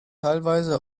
teilweise